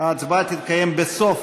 ההצבעה תתקיים בסוף